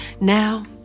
Now